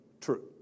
true